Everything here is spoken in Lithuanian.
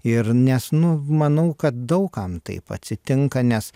ir nes nu manau kad daug kam taip atsitinka nes